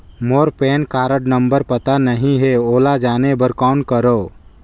मोर PAN card number पता नहीं है, ओला जाने बर कौन करो?